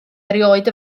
erioed